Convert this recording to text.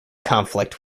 conflict